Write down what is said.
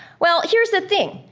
well, here's the thing.